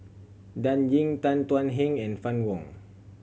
Dan Ying Tan Thuan Heng and Fann Wong